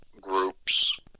groups